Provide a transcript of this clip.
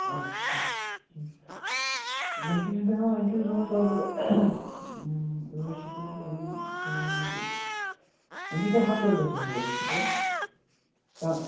اَدٕ سا کیٚنٛہہ چھُنہٕ ویسے چھُس بہٕ ہٮ۪وان أکِس دۅہَس لَگ بگ ٲٹھ شتھ رۄپیہِ وۅنۍ وُچھَو وَنان تُہۍ تہٕ وۅنۍ چھُو تۄہہِ ہَفتَس گَژھُن ٹوٗرَس پٮ۪ٹھ